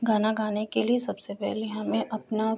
गाना गाने के लिए सबसे पहले हमें अपना